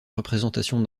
représentation